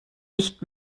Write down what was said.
nicht